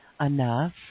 enough